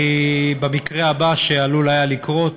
במקרה הבא שהיה עלול לקרות.